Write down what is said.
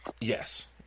Yes